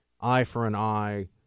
eye-for-an-eye